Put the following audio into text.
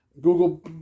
Google